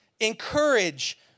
Encourage